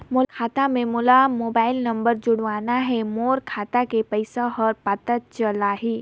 मोर खाता मां मोला मोबाइल नंबर जोड़वाना हे मोर खाता के पइसा ह पता चलाही?